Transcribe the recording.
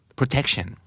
protection. (